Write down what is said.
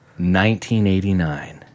1989